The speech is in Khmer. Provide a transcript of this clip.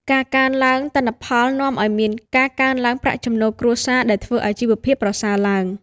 ការកើនឡើងទិន្នផលនាំឱ្យមានការកើនឡើងប្រាក់ចំណូលគ្រួសារ ដែលធ្វើឱ្យជីវភាពប្រសើរឡើង។